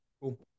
Cool